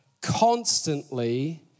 constantly